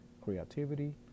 creativity